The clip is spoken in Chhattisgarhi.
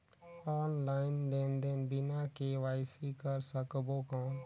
ऑनलाइन लेनदेन बिना के.वाई.सी कर सकबो कौन??